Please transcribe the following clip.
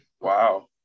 Wow